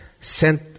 sent